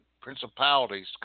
principalities